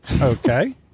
Okay